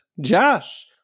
josh